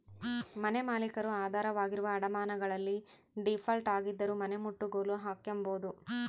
ಮನೆಮಾಲೀಕರು ಆಧಾರವಾಗಿರುವ ಅಡಮಾನಗಳಲ್ಲಿ ಡೀಫಾಲ್ಟ್ ಆಗಿದ್ದರೂ ಮನೆನಮುಟ್ಟುಗೋಲು ಹಾಕ್ಕೆಂಬೋದು